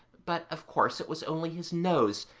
but, of course, it was only his nose,